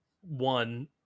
one